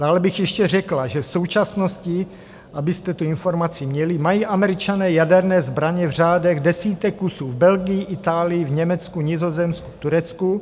Dále ještě řekla, že v současnosti, abyste tu informaci měli, mají Američané jaderné zbraně v řádech desítek kusů v Belgii, Itálii, Německu, Nizozemsku, Turecku.